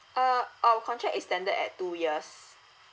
uh our contract is standard at two years